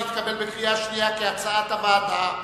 שסעיף 7 נתקבל בקריאה שנייה, כהצעת הוועדה.